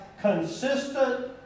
consistent